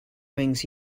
wings